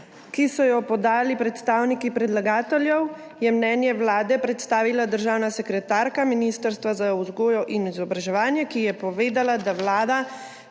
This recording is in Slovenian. ki so jo podali predstavniki predlagateljev, je mnenje Vlade predstavila državna sekretarka Ministrstva za vzgojo in izobraževanje, ki je povedala, da Vlada